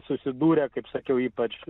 susidūrę kaip sakiau ypač